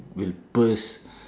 will burst